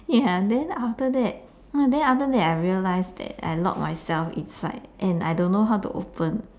ya then after that then after that I realize that I lock myself inside and I don't know how to open